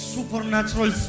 Supernatural